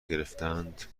گرفتند